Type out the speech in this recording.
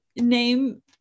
name